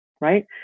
Right